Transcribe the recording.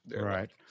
right